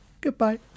Goodbye